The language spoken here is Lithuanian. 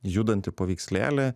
judantį paveikslėlį